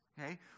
Okay